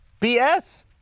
BS